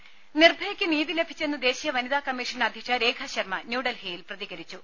ടെട നിർഭയക്ക് നീതി ലഭിച്ചെന്ന് ദേശീയ വനിതാ കമ്മീഷൻ അധ്യക്ഷ രേഖാശർമ്മ ന്യൂഡൽഹിയിൽ പ്രതികരിച്ചു